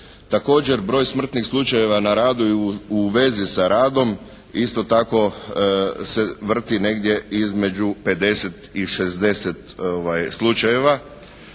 Također broj smrtnih slučajeva na radu i u vezi sa radom isto tako se vrti negdje između 50 i 60 slučajeva.